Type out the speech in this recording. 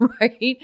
right